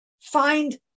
find